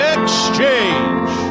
Exchange